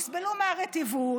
יסבלו מהרטיבות,